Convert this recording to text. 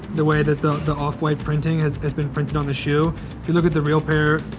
the way that the the off-white printing has has been printed on the shoe. if you look at the real pair,